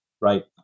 right